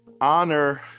Honor